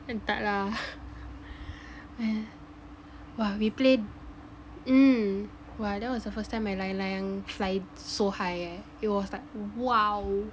eh tak lah !wah! we play mm !wah! that was the first time my layang-layang flied so high eh it was like !wow!